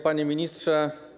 Panie Ministrze!